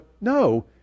No